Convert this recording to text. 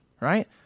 right